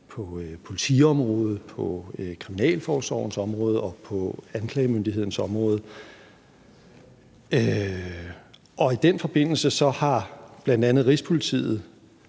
politiområdet, kriminalforsorgens område og anklagemyndighedens område. I den forbindelse har bl.a. Rigspolitiet